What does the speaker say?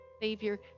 Savior